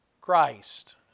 Christ